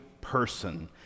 person